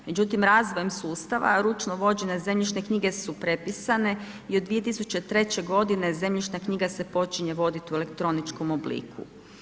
Međutim, razvojem sustava ručno vođene zemljišne knjige su prepisane i od 2003. godine zemljišna knjiga se počinje voditi u elektroničkom obliku.